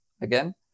again